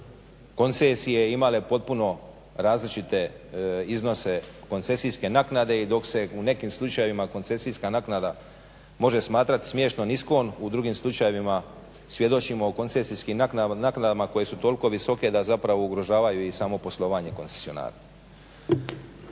koncesija imale potpuno različite iznose koncesijske naknade i dok se u nekim slučajevima koncesijska naknada može smatrati smiješno niskom u drugim slučajevima svjedočimo o koncesijskim naknadama koje su tako visoke da ugrožavaju i samo poslovanje koncesionara.